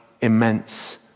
immense